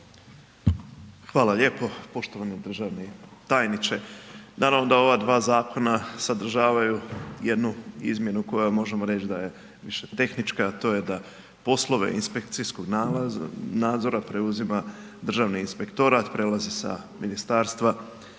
Hvala lijepo. Poštovani državni tajniče, naravno da ova dva zakona sadržavaju jednu izmjenu koja možemo reći da je više tehnička, a to je da poslove inspekcijskog nadzora preuzima Državni inspektorat, prelazi sa ministarstva